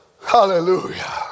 Hallelujah